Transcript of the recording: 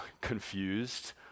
confused